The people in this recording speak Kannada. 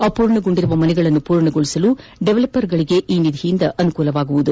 ಅಪೂರ್ಣಗೊಂಡಿರುವ ಮನೆಗಳನ್ನು ಪೂರ್ಣಗೊಳಿಸಲು ಡೆವಲಪರ್ಗಳಿಗೆ ಈ ನಿಧಿಯಿಂದ ಅನುಕೂಲವಾಗಲಿದೆ